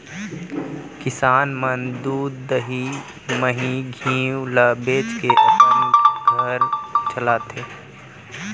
किसान मन दूद, दही, मही, घींव ल बेचके अपन घर चलाथें